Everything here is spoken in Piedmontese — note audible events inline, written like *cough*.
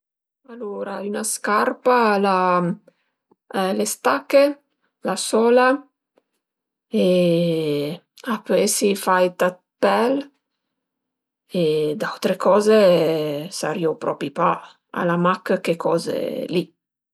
Alura üna scarpa al e le stache, la sola, *hesitation* a pö esi faita 'd pel e d'autre coze a sarìu propi pa, al a mach che coze li